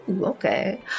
okay